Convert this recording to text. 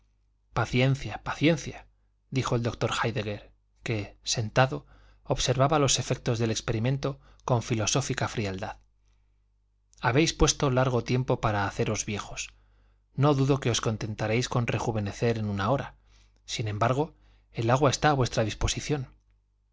paciencia paciencia dijo el doctor héidegger que sentado observaba los efectos del experimento con filosófica frialdad habéis puesto largo tiempo para haceros viejos no dudo que os contentaréis con rejuvenecer en una hora sin embargo el agua está a vuestra disposición